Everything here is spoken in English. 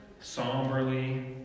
somberly